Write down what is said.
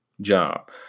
job